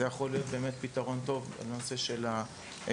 זה יכול להיות באמת פתרון טוב הנושא של היועצים.